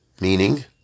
Meaning